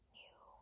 new